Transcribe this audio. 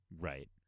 right